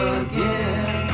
again